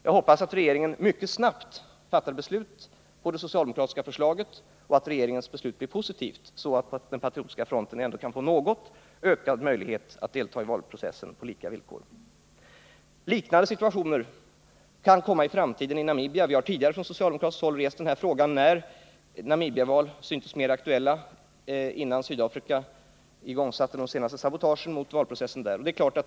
Jag hoppas att regeringen mycket snabbt fattar beslut om det socialdemokratiska förslaget och att regeringens beslut blir positivt, så att Patriotiska fronten ändå kan få något ökad möjlighet att delta i valprocessen på lika villkor. Liknande situationer kan i framtiden uppkomma i Namibia. Vi har tidigare från socialdemokratiskt håll berört denna fråga. Det var när Namibia syntes mer aktuellt, alltså innan Sydafrika igångsatte de senaste sabotagen mot valprocessen där.